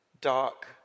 dark